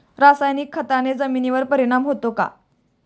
रासायनिक खताने जमिनीवर परिणाम होतो का?